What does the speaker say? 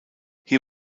hier